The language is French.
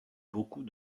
beaucoup